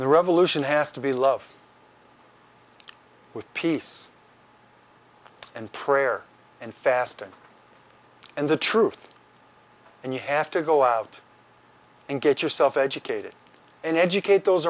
the revolution has to be love with peace and prayer and fasting and the truth and you have to go out and get yourself educated and educate those